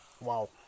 wow